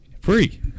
Free